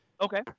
Okay